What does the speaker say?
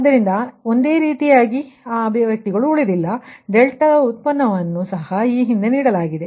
ಆದ್ದರಿಂದ ಅಭಿವ್ಯಕ್ತಿ ಒಂದೇ ರೀತಿಯಾಗಿ ಉಳಿಯುವುದಿಲ್ಲ ಮತ್ತು ಆದ್ದರಿಂದ ಡೆಲ್ಟಾ ಡಿರೈವೇಶನ್ ಸಹ ಈ ಹಿಂದೆ ನೀಡಲಾಗಿದೆ